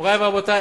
מורי ורבותי,